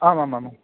आमामामाम्